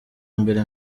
mbere